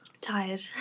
Tired